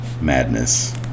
madness